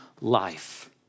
life